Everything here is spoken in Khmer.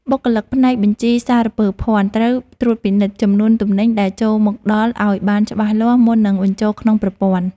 បុគ្គលិកផ្នែកបញ្ជីសារពើភ័ណ្ឌត្រូវត្រួតពិនិត្យចំនួនទំនិញដែលចូលមកដល់ឱ្យបានច្បាស់លាស់មុននឹងបញ្ចូលក្នុងប្រព័ន្ធ។